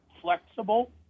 flexible